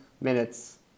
minutes